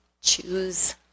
choose